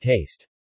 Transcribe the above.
taste